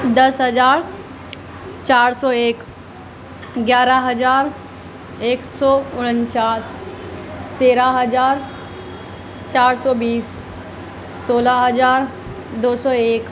دس ہزار چار سو ایک گیارہ ہزار ایک سو انچاس تیرہ ہزار چار سو بیس سولہ ہزار دو سو ایک